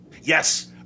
yes